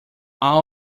all